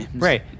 Right